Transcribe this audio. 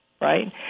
right